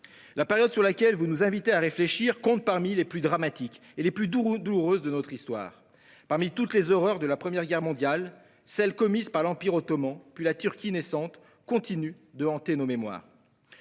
La période sur laquelle vous nous invitez à réfléchir compte parmi les plus dramatiques et les plus douloureuses de notre histoire. Parmi toutes les horreurs de la Première Guerre mondiale, celles qui ont été commises par l'Empire ottoman, puis la Turquie naissante, continuent de hanter nos mémoires.